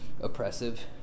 oppressive